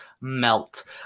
melt